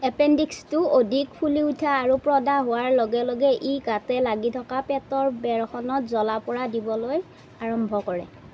এপেণ্ডিক্সটো অধিক ফুলি উঠা আৰু প্ৰদাহ হোৱাৰ লগে লগে ই গাতে লাগি থকা পেটৰ বেৰখনত জ্বলা পোৰা দিবলৈ আৰম্ভ কৰে